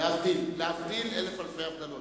להבדיל אלף אלפי הבדלות.